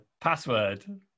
Password